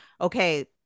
okay